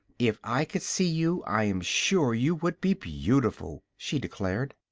if i could see you i am sure you would be beautiful, she declared.